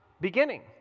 beginning